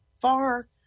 far